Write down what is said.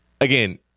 again